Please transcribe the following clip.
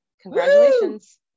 Congratulations